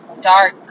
dark